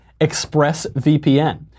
ExpressVPN